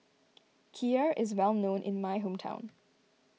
Kheer is well known in my hometown